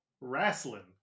Wrestling